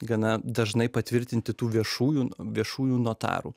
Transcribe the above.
gana dažnai patvirtinti tų viešųjų viešųjų notarų